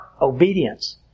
obedience